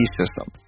system